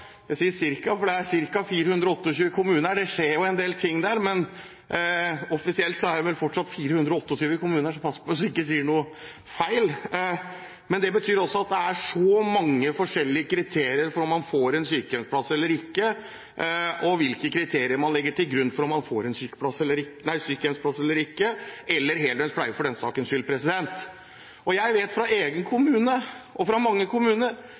jeg sier «ca.», for det skjer jo en del ting der, men offisielt er det vel fortsatt 428 kommuner, og jeg må passe på at jeg ikke sier noe feil. Men det betyr også at det er så mange forskjellige kriterier for om man får en sykehjemsplass eller ikke, og hvilke kriterier man legger til grunn for om man får en sykehjemsplass eller ikke, eller heldøgns pleie, for den saks skyld. Jeg vet fra egen kommune og fra mange kommuner